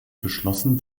beschlossen